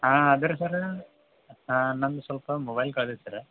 ಆದ್ರೆ ಸರ್ರ ನಂದು ಸ್ವಲ್ಪ ಮೊಬೈಲ್ ಕಳ್ದಿತ್ತು ಸರ್ರ